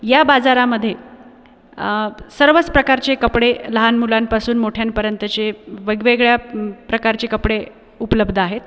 या बाजारामध्ये सर्वच प्रकारचे कपडे लहान मुलांपासून मोठ्यांपर्यंतचे वेगवेगळ्या प्रकारची कपडे उपलब्ध आहेत